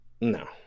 No